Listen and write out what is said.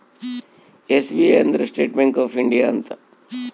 SBI ಅಂದ್ರ State Bank of India ಅಂತ